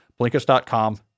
Blinkist.com